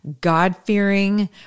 God-fearing